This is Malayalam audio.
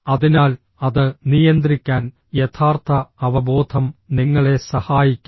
അതിനാൽ അത് നിയന്ത്രിക്കാൻ യഥാർത്ഥ അവബോധം നിങ്ങളെ സഹായിക്കും